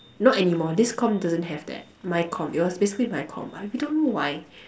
not anymore this comm doesn't have that my comm it was basically my comm I we don't know why